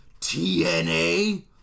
TNA